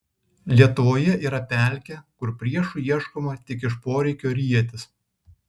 lietuvoje yra pelkė kur priešų ieškoma tik iš poreikio rietis